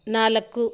ನಾಲ್ಕು